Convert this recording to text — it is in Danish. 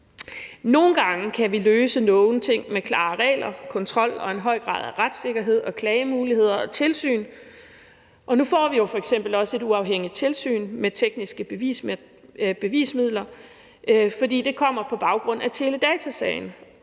Nogle gange kan vi løse nogle ting med klare regler, kontrol og en høj grad af retssikkerhed og klagemuligheder og tilsyn. Nu får vi jo f.eks. også et uafhængigt tilsyn med tekniske bevismidler. Det kommer på baggrund af teledatasagen.